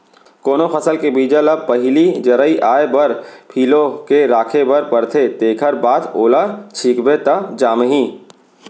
कोनो फसल के बीजा ल पहिली जरई आए बर फिलो के राखे बर परथे तेखर बाद ओला छिंचबे त जामही